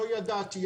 לא ידעתי.